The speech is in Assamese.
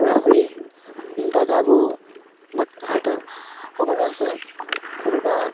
খুৰা খুৰী দাদা বৌ বৰদেউতাহঁতৰ সকলো আছে কোনোবা